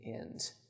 end